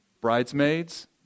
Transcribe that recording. Bridesmaids